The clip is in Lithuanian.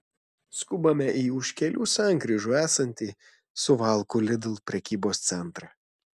skubame į už kelių sankryžų esantį suvalkų lidl prekybos centrą